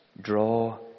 draw